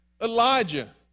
Elijah